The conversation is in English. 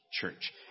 church